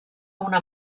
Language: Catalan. una